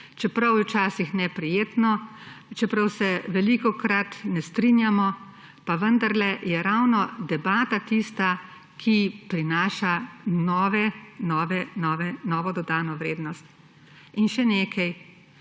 Čeprav je včasih neprijetno, čeprav se velikokrat ne strinjamo, pa vendarle je ravno debata tista, ki prinaša novo dodano vrednost. In še nekaj,